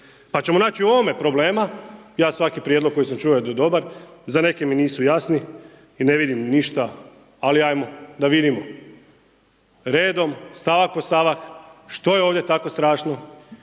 Pa ćemo naći u ovome problema, ja svaki prijedlog koji sam da je dobar, za neki mi nisu jasni i ne vidim ništa, ali hajmo da vidim redom stavak po stavak što je ovdje tako strašno